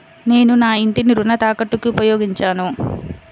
నేను నా ఇంటిని రుణ తాకట్టుకి ఉపయోగించాను